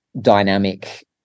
dynamic